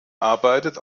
arbeitet